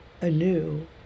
anew